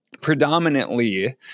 predominantly